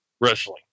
wrestling